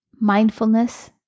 mindfulness